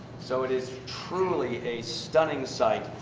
so it is truly a stunning sight.